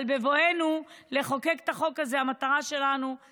אבל בבואנו לחוקק את החוק הזה, המטרה שלנו היא